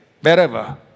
wherever